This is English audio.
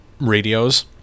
radios